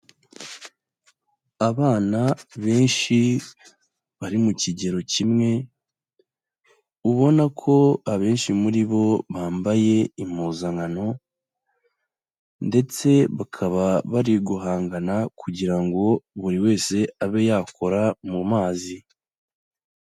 Abana benshi bari mu kigero kimwe, ubona ko abenshi muri bo bambaye impuzankano, ndetse bakaba bari guhangana kugira ngo buri wese abe yakora mu mazi.